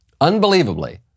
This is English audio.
unbelievably